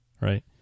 right